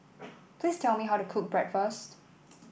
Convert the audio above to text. please tell me how to cook Bratwurst